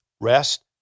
Rest